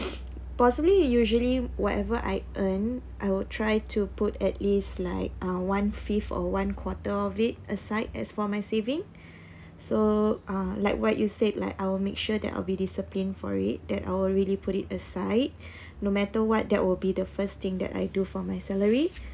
possibly usually whatever I earn I will try to put at least like uh one fifth or one quarter of it aside as for my saving so uh like what you said like I will make sure that I'll be disciplined for it that I will really put it aside no matter what that will be the first thing that I do for my salary